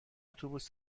اتوبوس